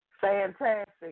fantastic